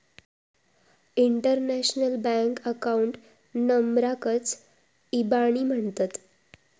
international bank account नंबराकच इबानी म्हणतत